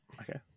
Okay